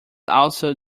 also